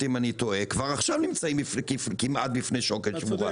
כבר עכשיו הם כמעט נמצאים בפני שוקת שבורה.